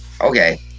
Okay